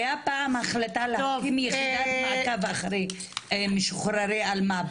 הייתה פעם החלטה להקים יחידת מעקב אחרי משוחררי אלמ"ב.